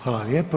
Hvala lijepo.